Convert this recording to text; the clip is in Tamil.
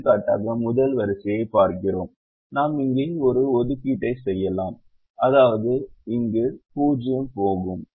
எடுத்துக்காட்டாக முதல் வரிசையைப் பார்க்கிறோம் நாம் இங்கே ஒரு ஒதுக்கீட்டை செய்யலாம் அதாவது இந்த 0 போகும்